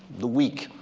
the weak,